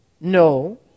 no